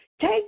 Take